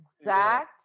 exact